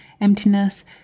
emptiness